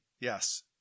yes